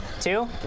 Two